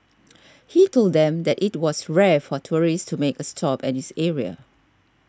he told them that it was rare for tourists to make a stop at this area